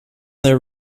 their